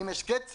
אם יש קצר,